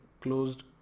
closed